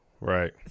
right